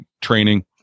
training